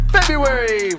February